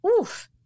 oof